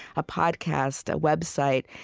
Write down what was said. a podcast, a website,